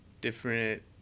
different